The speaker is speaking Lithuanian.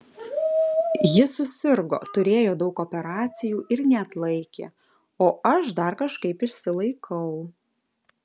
ji susirgo turėjo daug operacijų ir neatlaikė o aš dar kažkaip išsilaikau